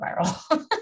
viral